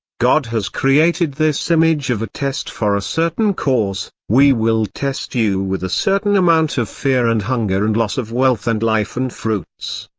god has created this image of a test for a certain cause we will test you with a certain amount of fear and hunger and loss of wealth and life and fruits.